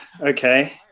Okay